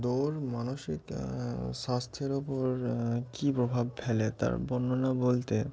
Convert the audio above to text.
দৌড় মানসিক স্বাস্থ্যের উপর কী প্রভাব ফেলে তার বর্ণনা বলতে